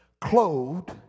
clothed